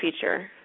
feature